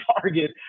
target